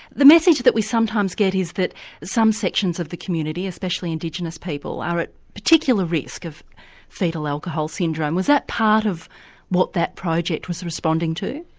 the message that we sometimes get is that some sections of the community, especially indigenous people, are at particular risk of foetal alcohol syndrome, was that part of what that project was responding to?